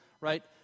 right